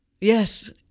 Yes